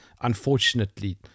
unfortunately